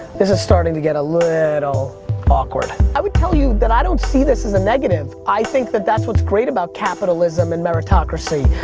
this is starting to get a little awkward. i would tell you that i don't see this as a negative. i think that's what's great about capitalism and meritocracy.